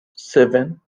seven